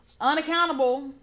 unaccountable